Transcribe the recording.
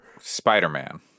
Spider-Man